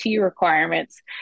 requirements